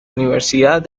universidad